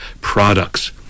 products